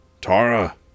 Tara